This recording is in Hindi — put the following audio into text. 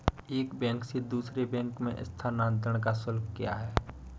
एक बैंक से दूसरे बैंक में स्थानांतरण का शुल्क क्या है?